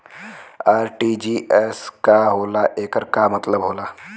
RTGS का होला एकर का मतलब होला?